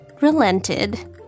relented